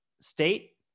state